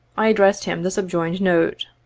i addressed him the subjoined note